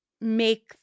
make